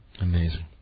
Amazing